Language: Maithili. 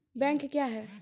बैंक क्या हैं?